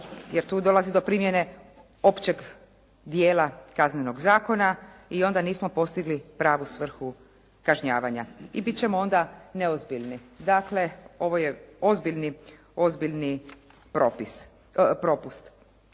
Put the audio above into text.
jer tu dolazi do primjene općeg dijela Kaznenog zakona i onda nismo postigli pravu svrhu kažnjavanja. I bit ćemo onda neozbiljni. Dakle, ovo je ozbiljni propust.